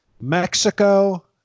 Mexico